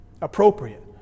Appropriate